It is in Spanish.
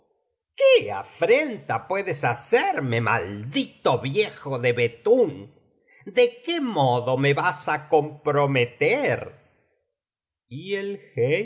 qué afrenta puedes hacerme maldito viejo de betún de qué modo me vas á comprometer y el